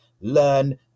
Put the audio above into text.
learn